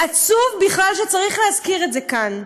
ועצוב בכלל שצריך להזכיר את זה כאן.